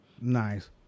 Nice